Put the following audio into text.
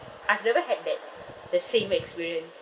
I've never had that the same experience